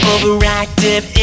Overactive